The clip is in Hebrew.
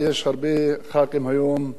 חברים, שתקפו את הממשלה.